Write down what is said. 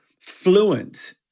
fluent